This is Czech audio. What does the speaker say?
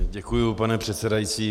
Děkuji, pane předsedající.